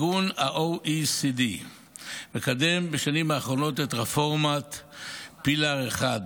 ה-OECD מקדם בשנים האחרונות את רפורמת PILLAR1,